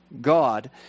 God